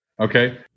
Okay